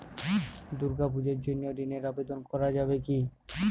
দুর্গাপূজার জন্য ঋণের আবেদন করা যাবে কি?